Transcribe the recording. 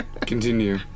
Continue